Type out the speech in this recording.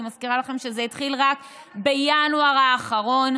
אני מזכירה לכם שזה התחיל רק בינואר האחרון,